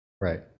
right